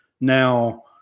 Now